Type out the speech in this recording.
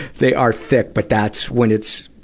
they are thick. but that's when it's,